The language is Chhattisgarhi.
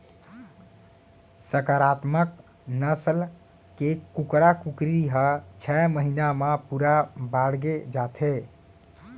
संकरामक नसल के कुकरा कुकरी ह छय महिना म पूरा बाड़गे जाथे